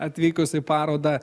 atvykus į parodą